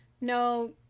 No